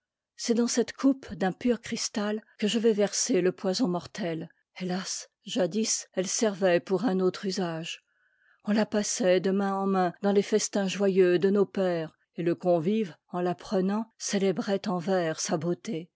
c'est dans cette coupe d'un n pur cristal que je vais verser le poison mortel hélas jadis elle servait pour un autre usage on ta passait de main en main dans les festins joyeux de nos pères et le convive en la prenant cétébrait en vers sa beauté